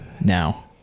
now